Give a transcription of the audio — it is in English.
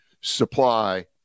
supply